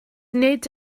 nid